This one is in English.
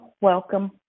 welcome